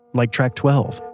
like track twelve,